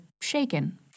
shaken